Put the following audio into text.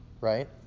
Right